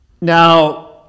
Now